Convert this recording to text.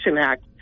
Act